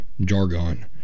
jargon